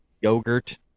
yogurt